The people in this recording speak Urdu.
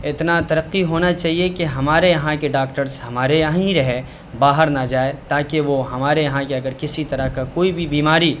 اتنا ترقی ہونا چاہیے کہ ہمارے یہاں کے ڈاکٹرز ہمارے یہاں ہی رہے باہر نہ جائے تاکہ ہمارے یہاں کے اگر کسی طرح کا کوئی بھی بیماری